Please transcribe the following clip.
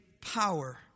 power